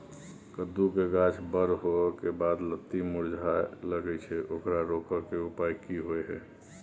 कद्दू के गाछ बर होय के बाद लत्ती मुरझाय लागे छै ओकरा रोके के उपाय कि होय है?